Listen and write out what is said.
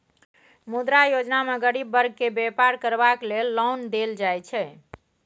मुद्रा योजना मे गरीब बर्ग केँ बेपार करबाक लेल लोन देल जाइ छै